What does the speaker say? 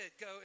go